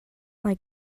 like